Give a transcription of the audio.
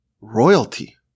royalty